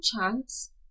chance